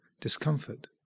discomfort